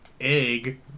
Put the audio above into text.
egg